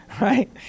right